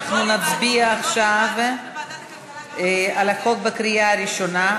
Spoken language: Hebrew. אנחנו נצביע עכשיו על החוק בקריאה ראשונה.